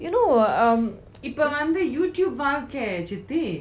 you know um இப்போவந்து:ipovanthu youtube வழக்கை சித்தி:vazhaka chitti